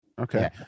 Okay